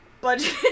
budget